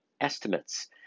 estimates